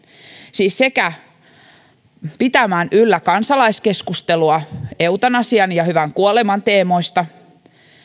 siis pitämään yllä kansalaiskeskustelua eutanasian ja hyvän kuoleman teemoista